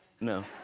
No